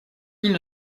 ils